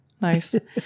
Nice